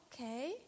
okay